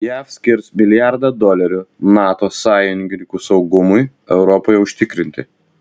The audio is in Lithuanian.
jav skirs milijardą dolerių nato sąjungininkų saugumui europoje užtikrinti